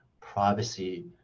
privacy